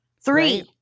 Three